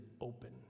open